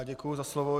Děkuji za slovo.